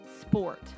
sport